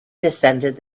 descended